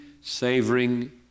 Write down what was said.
savoring